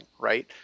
right